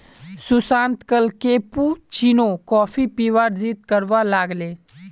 सुशांत कल cappuccino coffee पीबार जिद्द करवा लाग ले